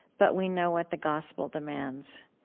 but we know what the gospel demands.